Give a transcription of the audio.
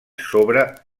sobre